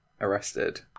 arrested